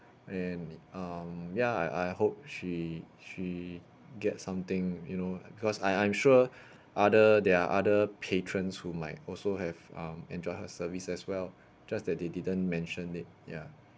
and um ya I I hope she she get something you know because I I'm sure other there are other patrons who might also have um enjoyed her services as well just that they didn't mention it ya